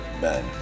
men